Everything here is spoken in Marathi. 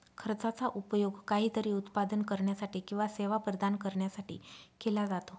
खर्चाचा उपयोग काहीतरी उत्पादन करण्यासाठी किंवा सेवा प्रदान करण्यासाठी केला जातो